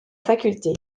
faculté